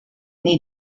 need